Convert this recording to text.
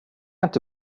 inte